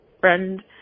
friend